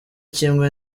kimwe